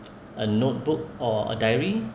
a notebook or dairy